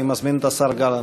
אני מזמין את השר גלנט.